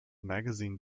magazine